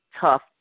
tough